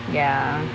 ya